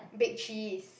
Big Cheese